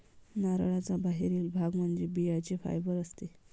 नारळाचा बाहेरील भाग म्हणजे बियांचे फायबर असते